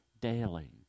daily